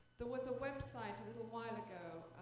there was a website a little while ago